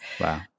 Wow